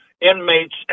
inmates